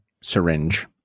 syringe